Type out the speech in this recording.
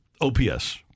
OPS